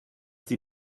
die